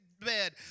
Bed